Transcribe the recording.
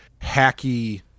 hacky